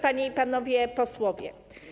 Panie i Panowie Posłowie!